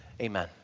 Amen